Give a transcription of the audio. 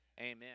amen